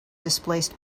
displaced